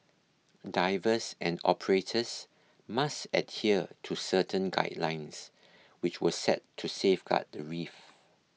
divers and operators must adhere to certain guidelines which were set to safeguard the reef